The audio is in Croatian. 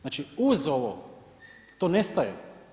Znači uz ovo to nestaje.